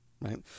Right